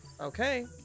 Okay